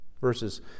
Verses